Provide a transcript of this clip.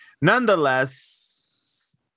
Nonetheless